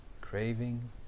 craving